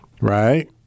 right